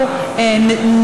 יהיו מוגנים,